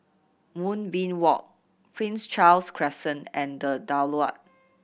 Moonbeam Walk Prince Charles Crescent and The Daulat